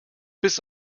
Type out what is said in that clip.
bis